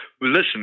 listen